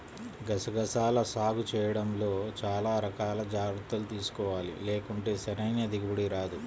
గసగసాల సాగు చేయడంలో చానా రకాల జాగర్తలు తీసుకోవాలి, లేకుంటే సరైన దిగుబడి రాదు